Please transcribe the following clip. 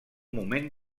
moment